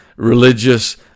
religious